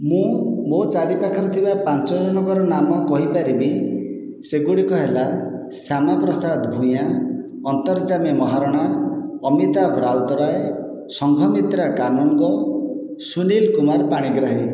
ମୁଁ ମୋ' ଚାରି ପାଖରେ ଥିବା ପାଞ୍ଚ ଜଣଙ୍କର ନାମ କହି ପାରିବି ସେଗୁଡ଼ିକ ହେଲା ଶ୍ୟାମା ପ୍ରସାଦ ଭୁୟାଁ ଅନ୍ତର୍ଯ୍ୟାମୀ ମହାରଣା ଅମିତାଭ ରାଉତରାଏ ସଙ୍ଘମିତ୍ରା କାନୁନଗୋ ସୁନୀଲ କୁମାର ପାଣିଗ୍ରାହୀ